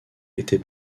était